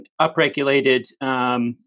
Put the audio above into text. upregulated